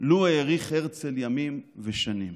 לו האריך הרצל ימים ושנים.